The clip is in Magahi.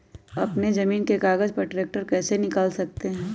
अपने जमीन के कागज पर ट्रैक्टर कैसे निकाल सकते है?